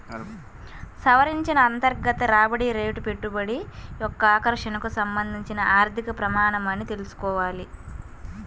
సవరించిన అంతర్గత రాబడి రేటు పెట్టుబడి యొక్క ఆకర్షణకు సంబంధించిన ఆర్థిక ప్రమాణమని తెల్సుకోవాలి